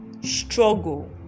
struggle